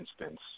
instance